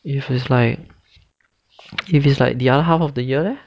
if is like if it's like the other half of the year leh